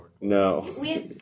No